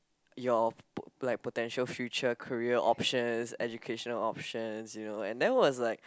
your like potential future career options education options you know and that was like